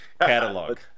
catalog